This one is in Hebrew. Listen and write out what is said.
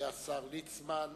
השר ליצמן,